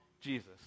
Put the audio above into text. Jesus